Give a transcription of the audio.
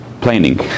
planning